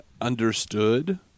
understood